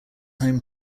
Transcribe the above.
home